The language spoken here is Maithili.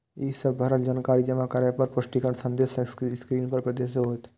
ई सब भरल जानकारी जमा करै पर पुष्टिकरण संदेश स्क्रीन पर प्रदर्शित होयत